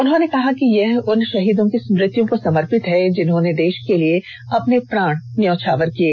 उन्होंने कहा था कि यह उन शहीदों की स्मृतियों को समर्पित है जिन्होंने देश के लिए अपने प्राण न्यौछावर किए